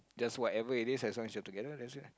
just whatever it is as long as you are together that's it lah